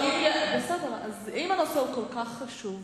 אם הנושא כל כך חשוב,